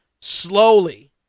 slowly